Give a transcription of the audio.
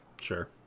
Sure